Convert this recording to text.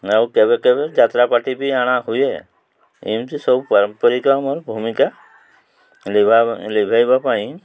ଆଉ କେବେ କେବେ ଯାତ୍ରା ପାର୍ଟି ବି ଅଣା ହୁଏ ଏମିତି ସବୁ ପାରମ୍ପରିକ ଆମର ଭୂମିକା ଲିଭେଇବା ପାଇଁ